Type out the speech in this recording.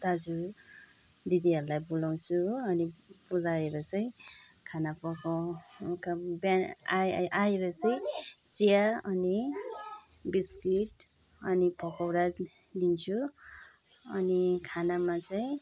दाजु दिदीहरूलाई बोलाउँछु हो अनि बोलाएर चाहिँ खाना पका बिहान आएर चाहिँ चिया अनि बिस्किट अनि पकौडा दिन्छु अनि खनामा चाहिँ